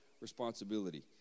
responsibility